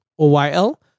OYL